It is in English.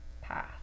path